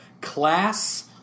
Class